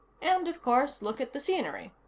and, of course, look at the scenery.